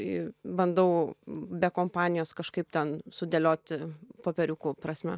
ir bandau be kompanijos kažkaip ten sudėlioti popieriukų prasme